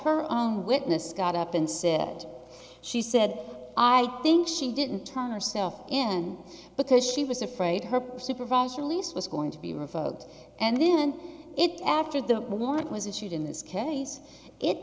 her own witness got up and said she said i think she didn't turn herself in because she was afraid her supervisor lease was going to be revoked and then it after the warrant was issued in this case it